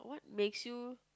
makes you